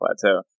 plateau